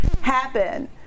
happen